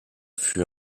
fut